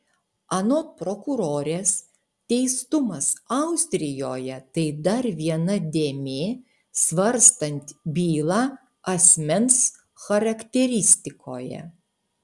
anot prokurorės teistumas austrijoje tai dar viena dėmė svarstant bylą asmens charakteristikoje